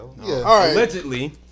Allegedly